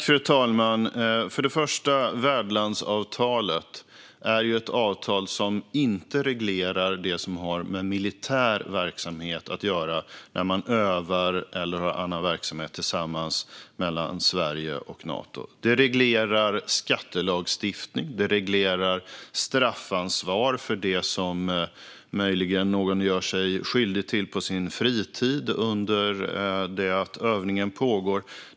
Fru talman! Jag börjar med värdlandsavtalet. Det är ett avtal som inte reglerar det som har med militär verksamhet att göra, när Sverige och Nato övar eller har annan verksamhet tillsammans. Det reglerar skattelagstiftning. Det reglerar straffansvar för det som möjligen någon gör sig skyldig till på sin fritid under det att övningen pågår.